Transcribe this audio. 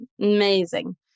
amazing